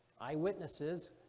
Eyewitnesses